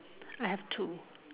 I have two